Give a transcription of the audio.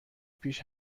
پیش